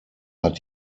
hat